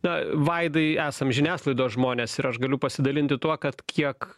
na vaidai esam žiniasklaidos žmonės ir aš galiu pasidalinti tuo kad kiek